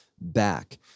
back